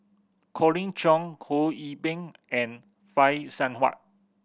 Colin Cheong Ho See Beng and Phay Seng Whatt